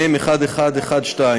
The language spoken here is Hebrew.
מ/1112,